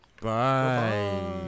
Bye